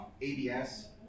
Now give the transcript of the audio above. ABS